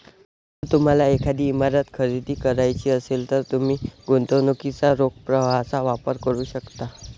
जर तुम्हाला एखादी इमारत खरेदी करायची असेल, तर तुम्ही गुंतवणुकीच्या रोख प्रवाहाचा वापर करू शकता